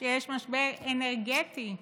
שיש משבר אנרגטי עולמי,